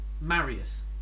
Marius